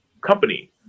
company